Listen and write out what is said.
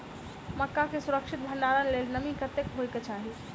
मक्का केँ सुरक्षित भण्डारण लेल नमी कतेक होइ कऽ चाहि?